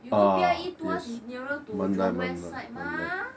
you go P_I_E tuas is nearer to jurong west side mah